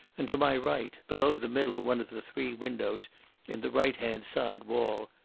and to my right, below the middle one of the three windows in the right-hand side wall,